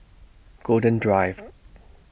Golden Drive